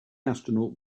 astronaut